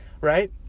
right